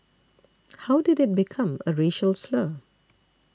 how did it become a racial slur